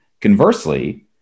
Conversely